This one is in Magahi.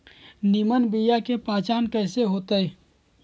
निमन बीया के पहचान कईसे होतई?